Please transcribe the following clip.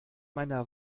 meiner